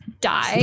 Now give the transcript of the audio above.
die